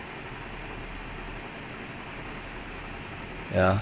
he wanted a bit thick under the mask